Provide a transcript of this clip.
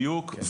בדיוק.